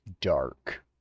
dark